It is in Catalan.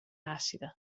àcida